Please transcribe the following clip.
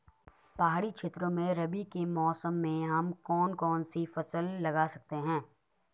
पहाड़ी क्षेत्रों में रबी के मौसम में हम कौन कौन सी फसल लगा सकते हैं?